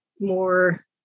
more